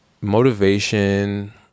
Motivation